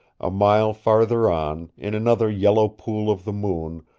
a mile farther on, in another yellow pool of the moon,